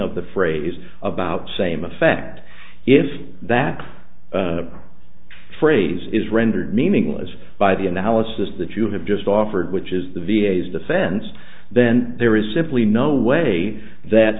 of the phrase about same effect if that phrase is rendered meaningless by the analysis that you have just offered which is the v a s defense then there is simply no way that